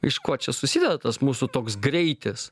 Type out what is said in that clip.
iš ko čia susideda tas mūsų toks greitis